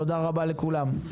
תודה רבה לכולם.